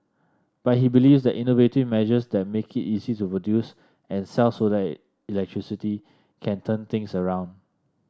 but he believes that innovative measures that make it easy to produce and sell solar electricity can turn things around